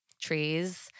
trees